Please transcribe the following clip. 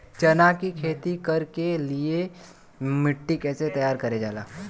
चना की खेती कर के लिए मिट्टी कैसे तैयार करें जाला?